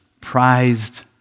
prized